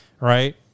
right